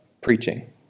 preaching